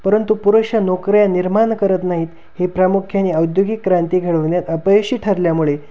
परंतु पुरेशा नोकऱ्या निर्माण करत नाहीत हे प्रामुख्याने औद्योगिक क्रांती घडवण्यात अपयशी ठरल्यामुळे